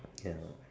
can not